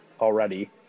already